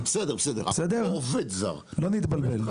שלא נתבלבל.